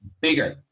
bigger